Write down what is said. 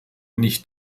nicht